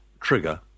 Trigger